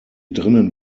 drinnen